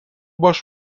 باش